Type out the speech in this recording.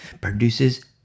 produces